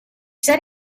said